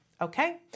Okay